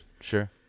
Sure